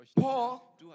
Paul